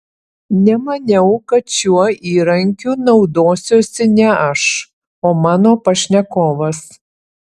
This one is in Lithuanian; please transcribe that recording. nemaniau kad šiuo įrankiu naudosiuosi ne aš o mano pašnekovas